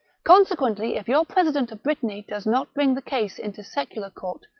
consequently, if your president of brittany does not bring the case into secular court,